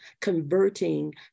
converting